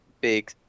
big